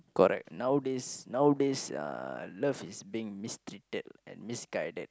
correct nowadays nowadays uh love is being mistreated and misguided